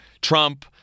Trump